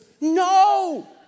No